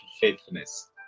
faithfulness